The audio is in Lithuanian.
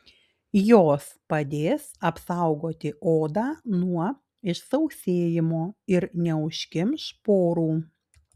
jos padės apsaugoti odą nuo išsausėjimo ir neužkimš porų